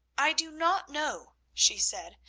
i do not know, she said,